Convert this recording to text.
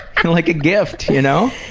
and like a gift, you know?